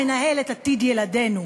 מנהל את עתיד ילדינו.